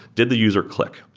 did the user click?